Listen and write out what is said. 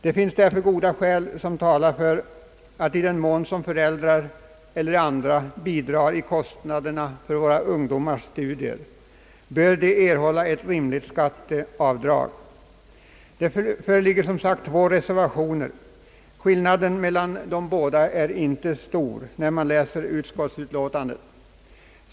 Det finns därför goda skäl som talar för att i den mån föräldrar eller andra bidrar till kostnaderna för ungdomars studier bör de erhålla ett rimligt skatteavdrag. Det föreligger nu två reservationer, skillnaden mellan de båda är inte stor, om man läser utskottsutlåtandet.